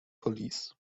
police